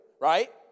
right